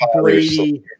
Brady